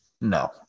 No